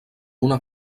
una